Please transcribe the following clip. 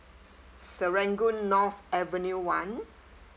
serangoon north avenue one